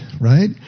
right